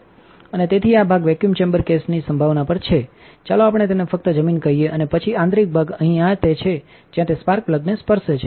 અને તેથી આ ભાગ વેક્યુમ ચેમ્બર કેસની સંભાવના પર છે ચાલો આપણે તેને ફક્ત જમીન કહીએ અને પછી આંતરિકભાગ અહીં આ તે છે જ્યાં તે સ્પાર્ક પ્લગને સ્પર્શે છે